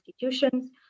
institutions